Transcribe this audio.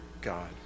God